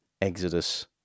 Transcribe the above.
Exodus